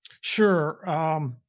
Sure